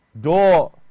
door